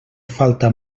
falta